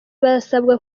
barasabwa